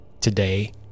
Today